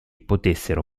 potessero